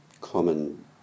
common